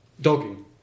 Dogging